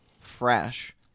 fresh